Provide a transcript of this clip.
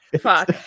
fuck